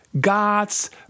God's